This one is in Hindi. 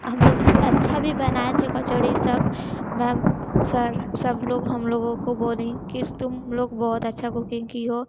हम लोग अच्छा भी बनाए थे कचौड़ी सब मैम सर सब लोग हम लोगो को बोलीं कि तुम लोग बहुत अच्छा कूकिंग की हो